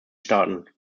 staaten